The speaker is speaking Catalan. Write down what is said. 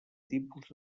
tipus